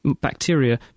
bacteria